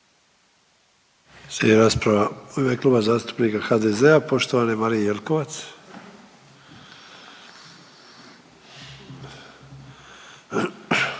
Slijedi rasprava u ime Kluba zastupnika HDZ-a, poštovane Marije Jelkovac.